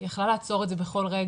היא יכלה לעצור את זה בכל רגע,